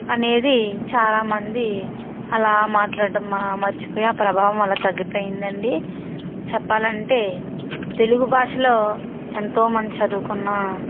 అనేది చాలామంది అలా మాట్లాడ్డం మా మర్చిపోయి ఆ ప్రభావం అలా తగ్గిపోయిందండి చెప్పాలంటే తెలుగు భాషలో ఎంతోమంది చదువుకున్నా